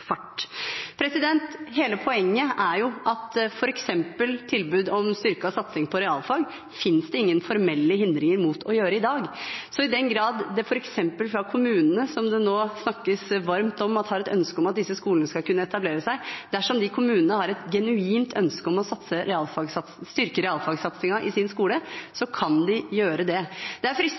fart. Hele poenget er at f.eks. tilbud om styrket satsing på realfag finnes det ingen formelle hindringer mot å gjøre i dag. Dersom de kommunene, som det nå snakkes det varmt om at har et ønske om at disse skolene skal kunne etablere seg, har et genuint ønske om å styrke realfagsatsingen i sin skole, kan de gjøre det. Det er